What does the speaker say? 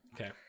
Okay